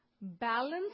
balance